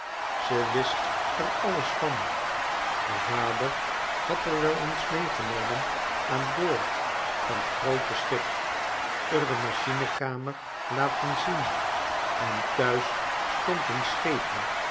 ze wist r alles van d'r vader had r wel is meegenomen an boord van t groote schip r de machinekamer laten zien en thuis stond n scheepie